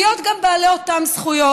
להיות גם בעלי אותן זכויות.